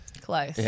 Close